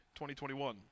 2021